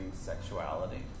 sexuality